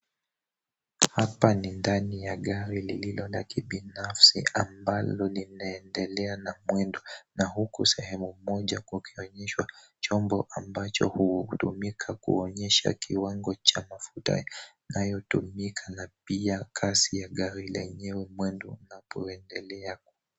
Hapa ni ndani ya gari lililo la kibinafsi ambalo linaendelea na mwendo, na huku sehemu moja ikionyesha chombo ambacho hutumika kuonyesha kiwango cha mafuta yanayotumika na pia kasi ya gari yenyewe mwendo unapoendelea.